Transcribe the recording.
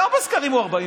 היום בסקרים הוא 41